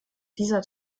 dieser